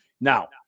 Now